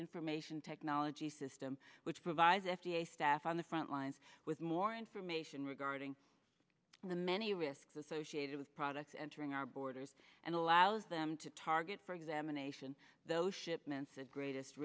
information technology system which provides f d a staff on the front lines with more information regarding the many risks associated with products entering our borders and allows them to target for examination those shipments at greatest